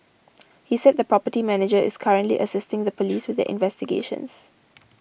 he said the property manager is currently assisting the police with their investigations